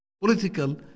political